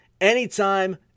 anytime